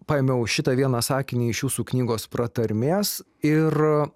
paėmiau šitą vieną sakinį iš jūsų knygos pratarmės ir